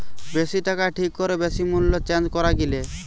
বেশি টাকায় ঠিক করে বেশি মূল্যে চেঞ্জ করা গিলে